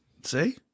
see